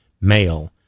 male